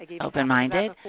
Open-minded